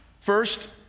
First